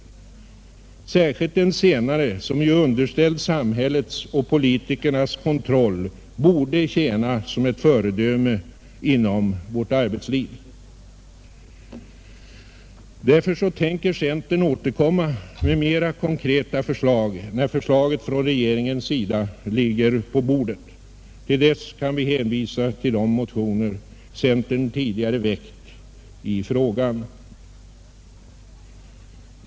Den senare, som ju är underställd samhällets och politikernas kontroll, borde tjäna som ett föredöme inom vårt arbetsliv. Därför tänker centern återkomma med mera konkreta förslag, när förslaget från regeringen ligger på bordet. Till dess kan vi hänvisa till de motioner centern tidigare väckt i frågan.